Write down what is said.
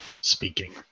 speaking